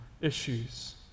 issues